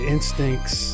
Instincts